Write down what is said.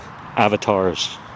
avatars